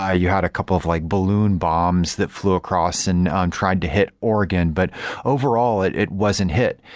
ah you had a couple of like balloon bombs that flew across and tried to hit oregon, but overall it it wasn't hit.